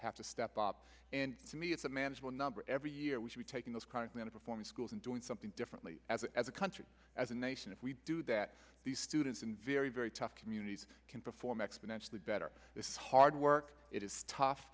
have to step up and to me it's a manageable number every year we should be taking this kind of man of reform schools and doing something differently as a country as a nation if we do that these students in very very tough communities can perform exponentially better it's hard work it is tough